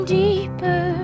deeper